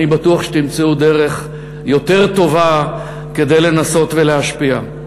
אני בטוח שתמצאו דרך יותר טובה כדי לנסות להשפיע.